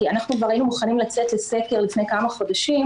כי אנחנו כבר היינו מוכנים לצאת לסקר לפני כמה חודשים,